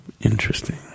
interesting